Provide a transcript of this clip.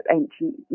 ancient